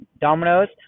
dominoes